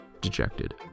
dejected